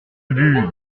ubu